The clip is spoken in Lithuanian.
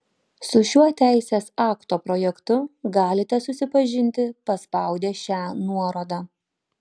su šiuo teisės akto projektu galite susipažinti paspaudę šią nuorodą